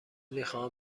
میخواهم